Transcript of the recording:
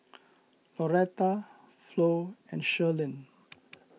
Lauretta Flo and Sherlyn